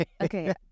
Okay